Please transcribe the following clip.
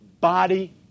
body